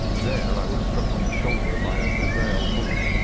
there i was struck on the shoulder by a jezail bullet,